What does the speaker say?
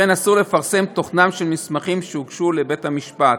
וכן אסור לפרסם תוכנם של מסמכים שהוגשו לבית-המשפט.